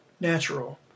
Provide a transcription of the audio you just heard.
natural